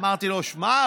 אמרתי לו: שמע,